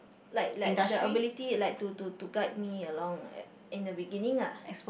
like like the ability like to to to guide me along eh in the beginning ah